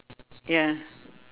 ya